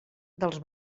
dels